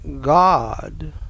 God